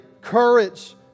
courage